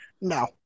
No